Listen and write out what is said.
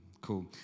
Cool